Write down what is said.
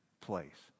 place